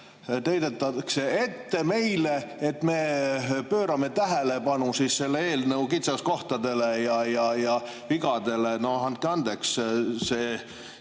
Heidetakse meile ette, et me pöörame tähelepanu selle eelnõu kitsaskohtadele ja vigadele. No andke andeks,